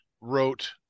wrote